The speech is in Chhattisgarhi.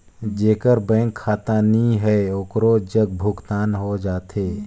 जेकर बैंक खाता नहीं है ओकरो जग भुगतान हो जाथे?